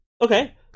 Okay